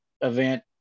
event